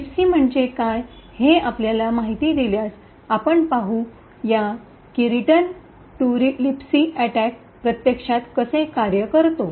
libc म्हणजे काय हे आपल्याला माहिती दिल्यास आपण पाहू या की रिटर्न तो लिबसी अटैक प्रत्यक्षात कसे कार्य करतो